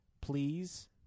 please